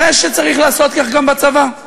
הרי שצריך לעשות כך גם בצבא,